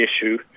issue